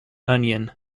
onion